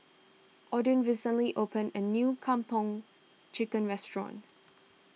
Odin recently opened a new Kung Po Chicken restaurant